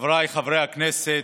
חבריי חברי הכנסת,